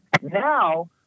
now